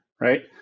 right